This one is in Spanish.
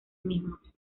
mismos